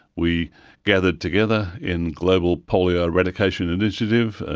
we gathered together in global polio eradication initiative,